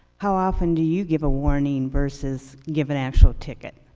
how often do you give a warning versus give an actual ticket?